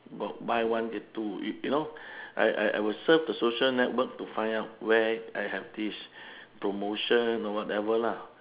got buy one get two you you know I I I will surf the social network to find out where I have this promotion or whatever lah